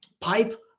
pipe